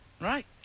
Right